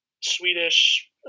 Swedish